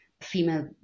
female